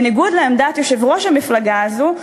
בניגוד לעמדת יושב-ראש המפלגה הזאת,